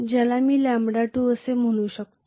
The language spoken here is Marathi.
ज्याला मी λ2 म्हणू शकतो